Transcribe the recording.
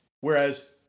Whereas